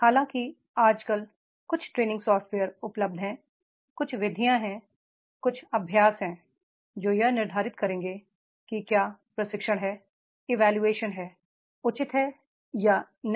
हालाँकि आजकल कुछ ट्रे निंग सॉफ्टवेयर उपलब्ध हैं कुछ विधियाँ हैं कुछ अभ्यास हैं जो यह निर्धारित करेंगे कि क्या प्रशिक्षण था इवैल्यूएशन था उचित है या नहीं